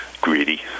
greedy